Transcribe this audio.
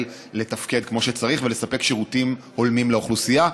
לתפקד כמו שצריך ולספק שירותים הולמים לאוכלוסייה.